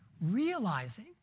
realizing